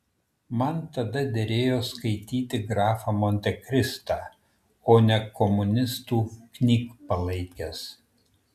man tada derėjo skaityti grafą montekristą o ne komunistų knygpalaikes